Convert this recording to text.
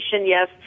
Yes